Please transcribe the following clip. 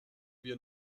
wir